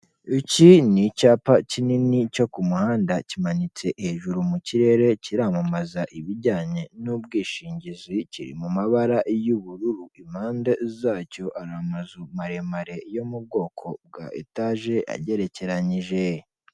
Iki ni icyapa kinini cyo ku muhanda kimanitse hejuru mu kirere kiramamaza ibijyanye n'ubwishingizi, kiri mu mabara y'ubururu impande zacyo hari amazu maremare yo mu bwoko bwa etage agerekenyije.